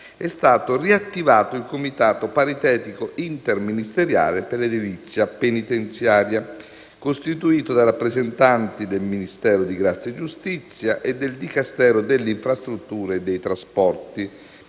è stato riattivato il Comitato paritetico interministeriale per l'edilizia penitenziaria, costituto da rappresentanti del Ministero della giustizia e del Dicastero delle infrastrutture e dei trasporti,